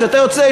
כשאתה יוצא,